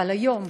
אבל היום,